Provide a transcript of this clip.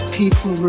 people